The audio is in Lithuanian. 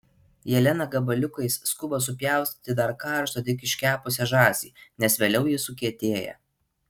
jelena gabaliukais skuba supjaustyti dar karštą tik iškepusią žąsį nes vėliau ji sukietėja